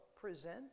present